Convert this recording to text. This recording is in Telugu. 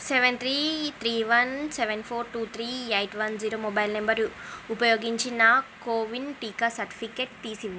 seven three three one seven four two three eight one zero mobile number ఉపయోగించి నా కోవిన్ టీకా సర్టిఫికేట్ తీసివ్వు